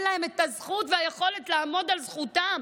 להם את הזכות והיכולת לעמוד על זכותם,